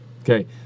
Okay